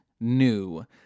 new